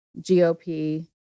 GOP